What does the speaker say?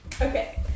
Okay